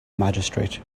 magistrate